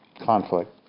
conflict